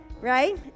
right